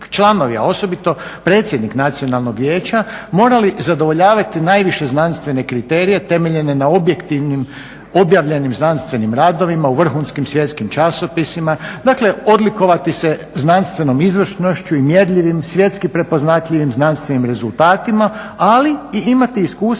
članovi a osobito predsjednik Nacionalnog vijeća morali zadovoljavati najviše znanstvene kriterije temeljene na objektivnim objavljenim znanstvenim radovima u vrhunskim svjetskim časopisima, dakle odlikovati se znanstvenom izvrsnošću i mjerljivim, svjetski prepoznatljivim znanstvenim rezultatima, ali i imati iskustvo